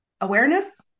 awareness